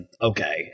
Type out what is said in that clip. okay